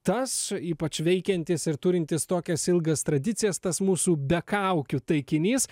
tas ypač veikiantis ir turintis tokias ilgas tradicijas tas mūsų be kaukių taikinys